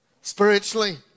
spiritually